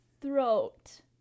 Throat